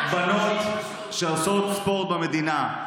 אין בנות שעושות ספורט במדינה.